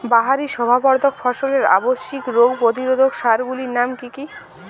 বাহারী শোভাবর্ধক ফসলের আবশ্যিক রোগ প্রতিরোধক সার গুলির নাম কি কি?